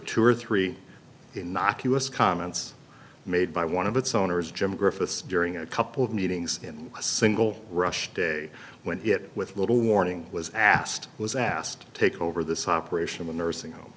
two or three in knock us comments made by one of its owners jim griffiths during a couple of meetings in a single rushed day when it with little warning was asked was asked to take over this operation the nursing home